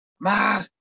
Ma